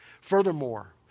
Furthermore